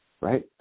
Right